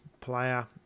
player